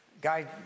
guy